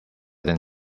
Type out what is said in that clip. than